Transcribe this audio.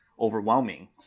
overwhelming